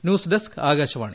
news desk Akashvani